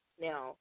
now